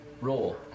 Roll